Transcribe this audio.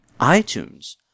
iTunes